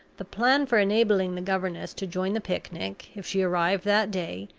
the plan for enabling the governess to join the picnic, if she arrived that day,